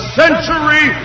century